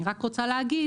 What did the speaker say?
אני רק רוצה להגיד .